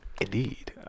Indeed